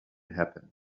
happened